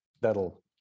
that'll